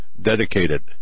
dedicated